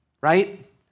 right